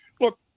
Look